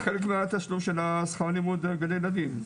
זה חלק מהתשלום של השכר לימוד בגני ילדים,